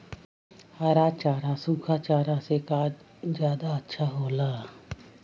हरा चारा सूखा चारा से का ज्यादा अच्छा हो ला?